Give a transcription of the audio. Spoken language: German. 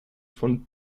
von